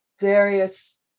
various